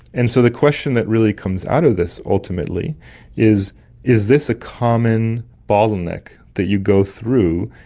and so the question that really comes out of this ultimately is is this a common bottleneck that you go through,